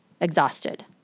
exhausted